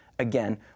again